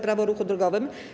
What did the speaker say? Prawo o ruchu drogowym.